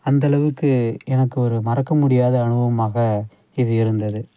அந்தளவுக்கு எனக்கு ஒரு மறக்க முடியாத அனுபவமாக இது இருந்தது